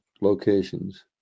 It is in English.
locations